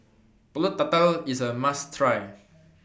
Pulut Tatal IS A must Try